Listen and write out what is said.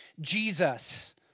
Jesus